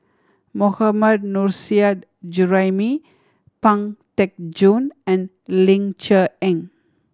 Mohammad Nurrasyid Juraimi Pang Teck Joon and Ling Cher Eng